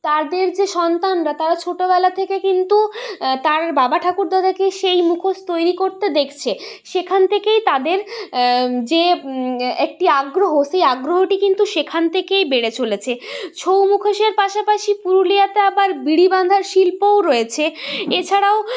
তাদের যে সন্তানরা তারা ছোটোবেলা থেকে কিন্তু তার বাবা ঠাকুরদাদেরকে সেই মুখোশ তৈরি করতে দেখছে সেখান থেকেই তাদের যে একটি আগ্রহ সেই আগ্রহটি কিন্তু সেখান থেকেই বেড়ে চলেছে ছৌ মুখোশের পাশাপাশি পুরুলিয়াতে আবার বিড়ি বাঁধার শিল্পও রয়েছে এছাড়াও